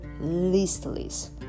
listless